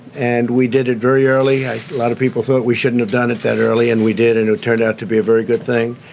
and we did it very early. a lot of people thought we shouldn't have done it that early and we did. and it turned out to be a very good thing.